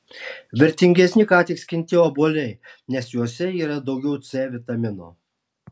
vertingesni ką tik skinti obuoliai nes juose yra daugiau c vitamino